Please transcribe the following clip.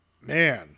Man